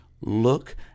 look